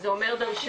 אז זה אומר דרשני.